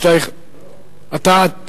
שאתה,